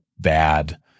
bad